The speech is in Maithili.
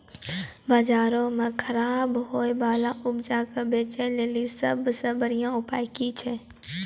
बजारो मे खराब होय बाला उपजा के बेचै लेली सभ से बढिया उपाय कि छै?